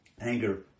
Anger